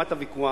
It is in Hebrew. ברמת הוויכוח,